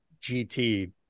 gt